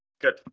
good